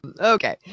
Okay